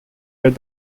that